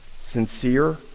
sincere